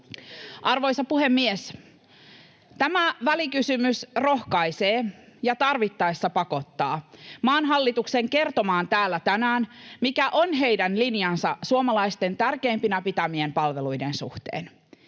Arvoisa puhemies! Tämä välikysymys rohkaisee ja tarvittaessa pakottaa maan hallituksen kertomaan täällä tänään, mikä on heidän linjansa suomalaisten tärkeimpinä pitämien palveluiden suhteen.